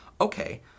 Okay